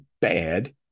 bad